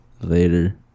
Later